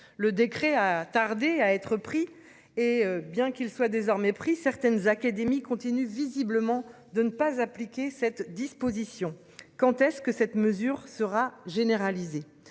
Le décret a tardé à être pris. Hé bien qu'il soit désormais pris certaines académies continue visiblement de ne pas appliquer cette disposition. Quand est-ce que cette mesure sera généralisé.